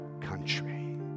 country